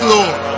Lord